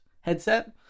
headset